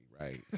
right